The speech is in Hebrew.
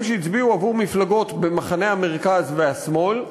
שהצביעו עבור מפלגות במחנה המרכז והשמאל.